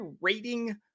rating